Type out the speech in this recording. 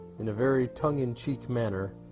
in a very tongue-in-cheek manner,